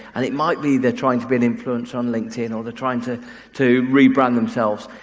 and it might be they're trying to be an influencer and linkedin, or they're trying to to rebrand themselves,